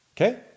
Okay